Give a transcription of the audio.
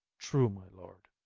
true, my lord.